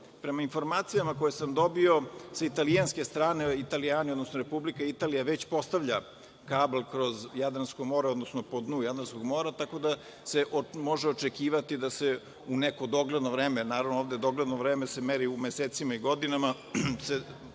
mora. Prema informacijama koje sam dobio sa italijanske strane, Italijani, odnosno Republika Italija već postavlja kabl kroz Jadransko more, odnosno po dnu Jadranskog mora, tako da se može očekivati da se u neko dogledno vreme, naravno, dogledno vreme se meri u mesecima i godinama,